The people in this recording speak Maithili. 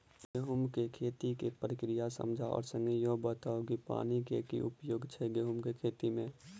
गेंहूँ केँ खेती केँ प्रक्रिया समझाउ आ संगे ईहो बताउ की पानि केँ की उपयोग छै गेंहूँ केँ खेती में?